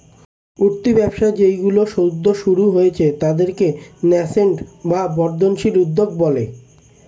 উঠতি ব্যবসা যেইগুলো সদ্য শুরু হয়েছে তাদেরকে ন্যাসেন্ট বা বর্ধনশীল উদ্যোগ বলে